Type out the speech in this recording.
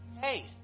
Hey